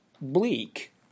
bleak